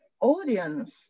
audience